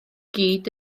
gyd